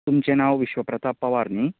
हय तुमचें नांव विश्वप्रताप पावर न्ही